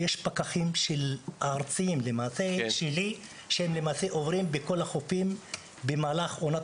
יש פקחים ארציים שעוברים בכל החופים במהלך עונת